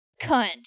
cunt